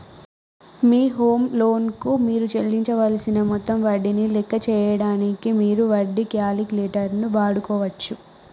మీ home loan కు మీరు చెల్లించవలసిన మొత్తం వడ్డీని లెక్క చేయడానికి మీరు వడ్డీ క్యాలిక్యులేటర్ వాడుకోవచ్చు